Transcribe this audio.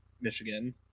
Michigan